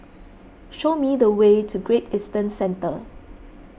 show me the way to Great Eastern Centre